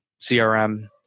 CRM